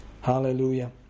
Hallelujah